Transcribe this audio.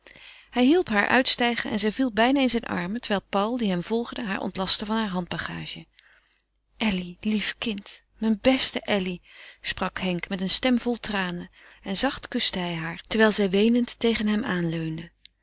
hij hielp haar uitstijgen en zij viel bijna in zijne armen terwijl paul die hem volgde haar ontlastte van heure handbagage elly lief kind mijn beste elly sprak henk met een stem vol tranen en zacht kuste hij haar terwijl zij weenend tegen hem